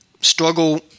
struggle